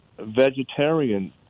vegetarian